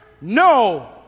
No